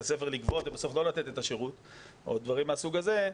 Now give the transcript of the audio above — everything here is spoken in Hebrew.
הספר לגבות ובסוף לא לתת את השירות או דברים מהסוג הזה,